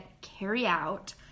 carry-out